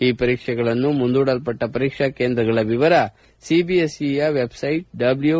ಈ ಪರೀಕ್ಷೆಗಳನ್ನು ಮುಂದೂಡಲ್ಸಟ್ಟ ಪರೀಕ್ಷಾ ಕೇಂದ್ರಗಳ ವಿವರ ಸಿಬಿಎಸ್ಇಯ ವೆಬ್ಸೈಟ್ ತಿತಿತಿ